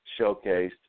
showcased